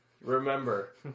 remember